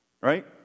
Right